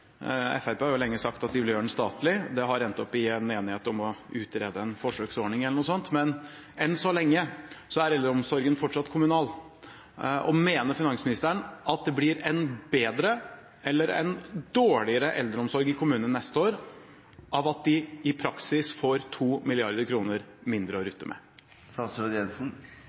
har lenge sagt at de vil gjøre den statlig, det har endt opp i en enighet om å utrede en forsøksordning, eller noe sånt. Enn så lenge er eldreomsorgen fortsatt kommunal. Mener finansministeren at det blir en bedre eller en dårligere eldreomsorg i kommunene neste år av at de i praksis får 2 mrd. kr mindre å rutte